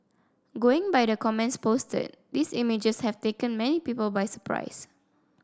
going by the comments posted these images have taken many people by surprise